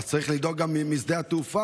אז צריך לדאוג למצוא רעיון גם משדה התעופה.